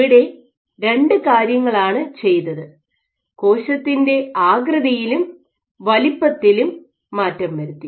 ഇവിടെ രണ്ട് കാര്യങ്ങളാണ് ചെയ്തത് കോശത്തിൻ്റെ ആകൃതിയിലും വലിപ്പത്തിലും മാറ്റം വരുത്തി